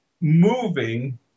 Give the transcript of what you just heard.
moving